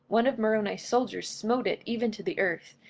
one of moroni's soldiers smote it even to the earth,